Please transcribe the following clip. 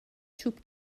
چوب